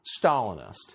Stalinist